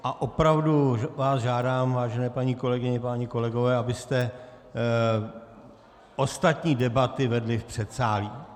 A opravdu vás žádám, vážené paní kolegyně a páni kolegové, abyste ostatní debaty vedli v předsálí.